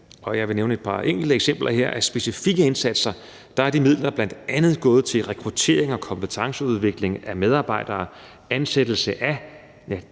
Jeg vil nævne et par enkelte eksempler her: Af specifikke indsatser er de midler bl.a. gået til rekruttering og kompetenceudvikling af medarbejdere, ansættelse af